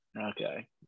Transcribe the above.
Okay